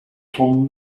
from